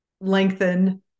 lengthen